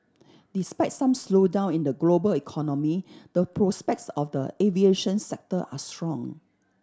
despite some slowdown in the global economy the prospects for the aviation sector are strong